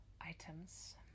items